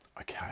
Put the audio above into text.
Okay